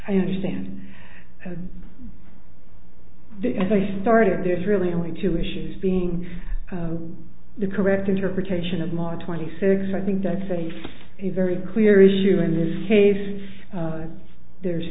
i understand that and they started there's really only two issues being the correct interpretation of mar twenty six i think that's a very clear issue in this case there's